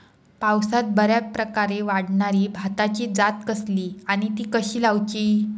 पावसात बऱ्याप्रकारे वाढणारी भाताची जात कसली आणि ती कशी लाऊची?